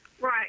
Right